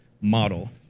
model